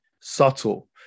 subtle